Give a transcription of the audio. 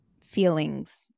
feelings